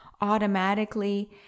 automatically